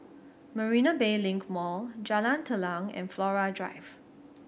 Marina Bay Link Mall Jalan Telang and Flora Drive